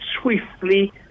swiftly